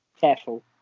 careful